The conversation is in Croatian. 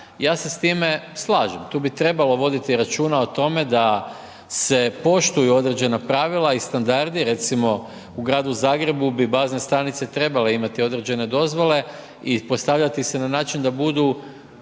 Ja se s time slažem. Tu bi trebalo voditi računa da se poštuju određena pravila i standardi, recimo u Gradu Zagrebu bi bazne stanice trebale imati određene dozvole i postavljati se n a način da budu